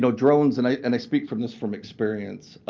drones and i and i speak from this from experience.